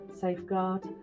Safeguard